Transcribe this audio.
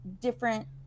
different